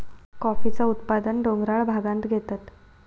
कॉफीचा उत्पादन डोंगराळ भागांत घेतत